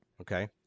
Okay